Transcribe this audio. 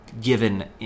given